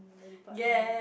and the department